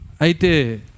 Aite